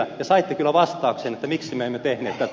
te saitte kyllä vastauksen miksi emme tehneet tätä